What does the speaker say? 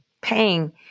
paying